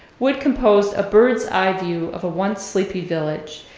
wood composed a birds-eye view of a once sleepy village,